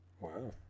Wow